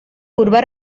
curva